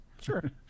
Sure